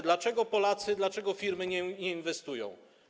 Dlaczego Polacy, dlaczego firmy nie inwestują?